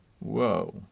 Whoa